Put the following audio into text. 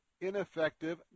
ineffective